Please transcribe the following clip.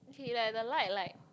okay like the light like